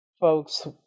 folks